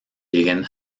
lleguen